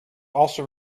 also